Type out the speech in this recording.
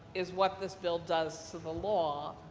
is what this bill does to the law,